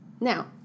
Now